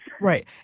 Right